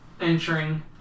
entering